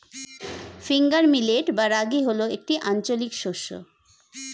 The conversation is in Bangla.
ফিঙ্গার মিলেট বা রাগী হল একটি আঞ্চলিক শস্য